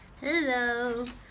hello